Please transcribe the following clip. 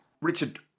Richard